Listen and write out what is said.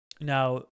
Now